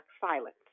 silence